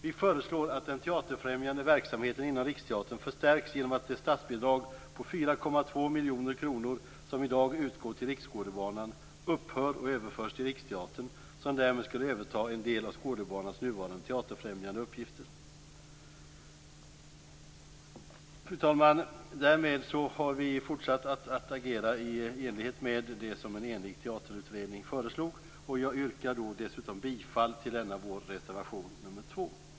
Vi föreslår att den teaterfrämjande verksamheten inom Riksteatern förstärks genom att det statsbidrag på 4,2 miljoner kronor som i dag utgår till Riksskådebanan upphör och överförs till riksteatern som därmed skulle överta en del av Skådebanans nuvarande teaterfrämjande uppgifter. Fru talman! Därmed har vi fortsatt att agera i enlighet med det som en enig teaterutredning föreslog, och jag yrkar bifall till vår reservation 2.